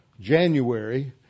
January